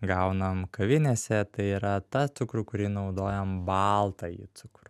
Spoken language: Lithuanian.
gaunam kavinėse tai yra tą cukrų kuri naudojam baltąjį cukrų